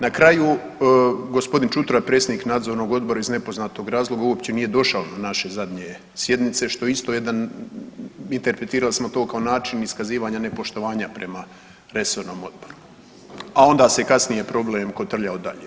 Na kraju, gospodin Čutura, predsjednik nadzornog odbora iz nepoznatog razloga uopće nije došao na naše zadnje sjednice, što je isto jedan, interpretirali smo to kao način iskazivanja nepoštovanja prema resornom odboru a onda se kasnije problem kotrljao dalje.